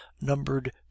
numbered